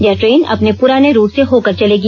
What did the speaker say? यह ट्रेन अपने पुराने रूट से होकर चलेगी